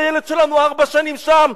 הילד שלנו ארבע שנים שם.